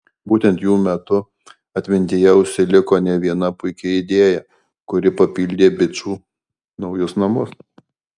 būtent jų metu atmintyje užsiliko ne viena puiki idėja kuri papildė bičų naujus namus